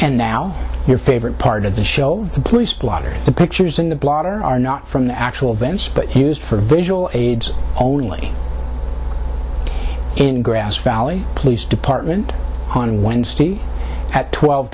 and now your favorite part of the show the police blotter the pictures in the blotter are not from the actual events but used for visual aids only in grass valley police department on wednesday at twelve